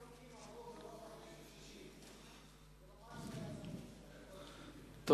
אותם חוקים עברו ברוב של 60. ממשלה לא צריכה,